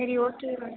சரி okay ma'am